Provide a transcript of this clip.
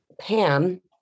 Pam